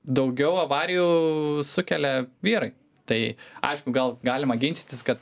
daugiau avarijų sukelia vyrai tai aišku gal galima ginčytis kad